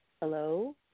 Hello